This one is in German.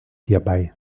hierbei